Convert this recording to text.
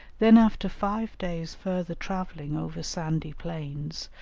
then after five days' further travelling over sandy plains,